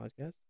podcast